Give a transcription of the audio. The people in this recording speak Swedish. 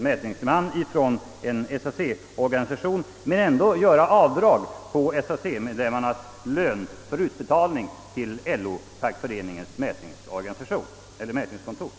mätningsman från en SAC-organisation men ändå göra avdrag på SAC-medlemmarnas löner för utbetalning till LO-fackföreningens mätningskontor.